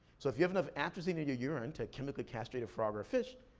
so if you have enough atrazine in your urine to chemically castrate a frog or a fish,